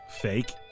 Fake